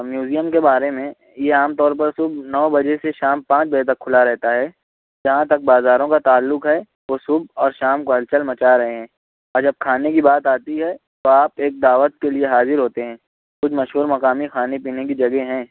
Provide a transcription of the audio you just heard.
اور میوزیم کے بارے میں یہ عام طور پر صُبح نو بجے سے شام پانچ بجے تک کُھلا رہتا ہے جہاں تک بازاروں کا تعلق ہے وہ صُبح اور شام کو ہلچل مچا رہے ہیں اور جب کھانے کی بات آتی ہے تو آپ ایک دعوت کے لیے حاضر ہوتے ہیں کچھ مشہور مقامی کھانے پینے کی جگہیں ہیں